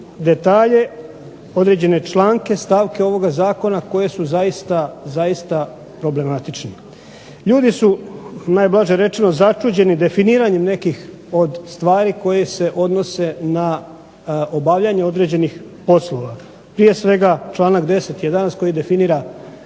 detalje, članke, stavke ovog Zakona koji su zaista problematični. Ljudi su najblaže rečeno začuđeni definiranjem nekih od stvari koje se odnose na obavljanje određenih poslova, prije svega članak 10. koji definira